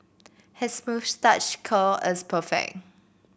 his moustache curl is perfect